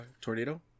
tornado